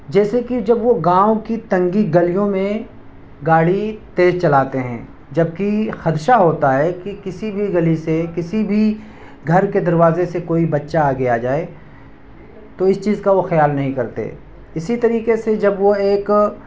جیسے کہ جب وہ گاؤں کی تنگی گلیوں میں گاڑی تیز چلاتے ہیں جب کہ خدشہ ہوتا ہے کہ کسی بھی گلی سے کسی بھی گھر کے دروازے سے کوئی بچہ آگے آ جائے تو اس چیز کا وہ خیال نہیں کرتے اسی طریقے سے جب وہ ایک